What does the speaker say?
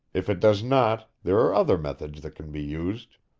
if it does not, there are other methods that can be used.